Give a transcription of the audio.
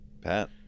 Pat